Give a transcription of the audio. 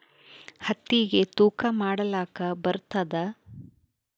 ಹತ್ತಿಗಿ ತೂಕಾ ಮಾಡಲಾಕ ಬರತ್ತಾದಾ?